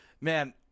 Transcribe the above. Man